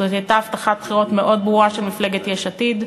זאת הייתה הבטחת בחירות מאוד ברורה של מפלגת יש עתיד.